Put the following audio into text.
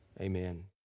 amen